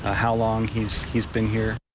ah how long he's he's been here.